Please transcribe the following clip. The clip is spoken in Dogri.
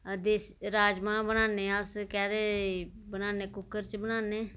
राजमांह् बनान्ने अस कदें बनान्ने कूकर च बनान्ने